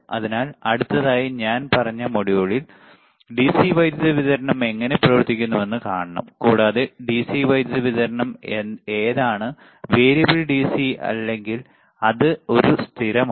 അതിനാൽ അടുത്തതായി ഞാൻ പറഞ്ഞ മൊഡ്യൂളിൽ ഡിസി വൈദ്യുതി വിതരണം എങ്ങനെ പ്രവർത്തിക്കുന്നുവെന്ന് കാണണം കൂടാതെ ഡിസി വൈദ്യുതി വിതരണം ഏതാണ് വേരിയബിൾ ഡിസി അല്ലെങ്കിൽ അത് ഒരു സ്ഥിരമാണ്